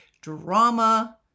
drama